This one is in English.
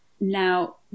Now